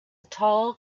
tall